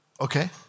Okay